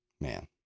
Man